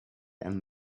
and